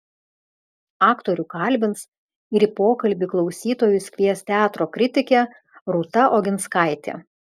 aktorių kalbins ir į pokalbį klausytojus kvies teatro kritikė rūta oginskaitė